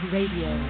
Radio